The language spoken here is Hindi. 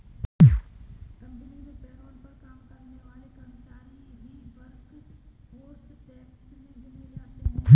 कंपनी में पेरोल पर काम करने वाले कर्मचारी ही वर्कफोर्स टैक्स में गिने जाते है